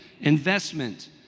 investment